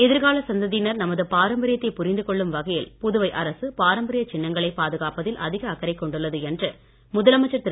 எதிர்கால சந்ததியினர் நமது பாரம்பரியத்தை புரிந்து கொள்ளும் வகையில் புதுவை அரசு பாரம்பரிய சின்னங்களை பாதுகாப்பதில் அதிக அக்கறை கொண்டுள்ளது என்று முதலமைச்சர் திரு